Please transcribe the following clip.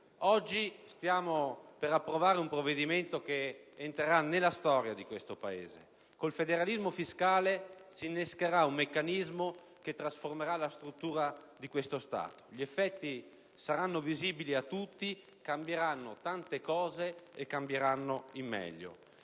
oggi stiamo per approvare un provvedimento che entrerà nella storia di questo Paese. Con il federalismo fiscale si innescherà un meccanismo che trasformerà la struttura di questo Stato. Gli effetti saranno visibili a tutti, cambieranno tante cose ed in meglio.